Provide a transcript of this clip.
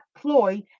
ploy